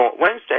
Wednesday